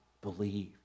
believe